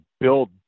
build